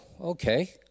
okay